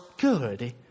good